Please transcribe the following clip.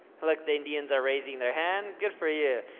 like, the indians are raising their hand, good for you.